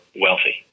wealthy